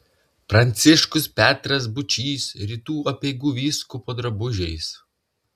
pranciškus petras būčys rytų apeigų vyskupo drabužiais